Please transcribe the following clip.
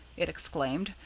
it exclaimed,